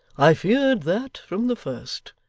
i feared that, from the first.